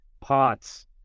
POTS